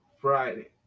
Friday